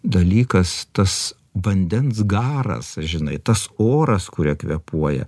dalykas tas vandens garas žinai tas oras kuriuo kvėpuoja